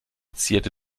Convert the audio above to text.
zierte